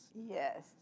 Yes